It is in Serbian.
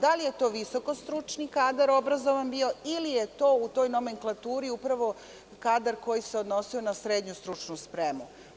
Da li je to bio obrazovan visokostručni kadar ili je to u toj nomenklaturi upravo kadar koji se odnosio na srednju stručnu spremu?